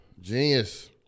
Genius